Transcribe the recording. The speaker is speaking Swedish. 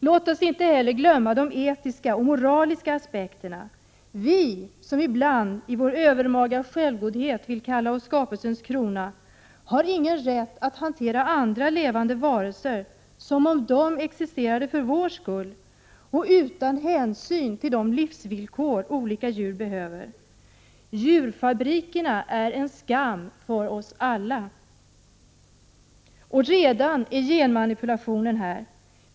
Låt oss inte heller glömma de etiska och moraliska aspekterna. Vi, som ibland i vår övermaga självgodhet kallar oss skapelsens krona, har ingen rätt att hantera andra levande varelser som om de existerade för vår skull och utan hänsyn till de livsvillkor olika djur behöver. Djurfabrikerna är en skam för oss alla! Och redan är genmanipulationen här.